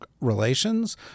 relations